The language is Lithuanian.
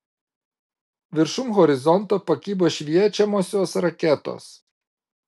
viršum horizonto pakibo šviečiamosios raketos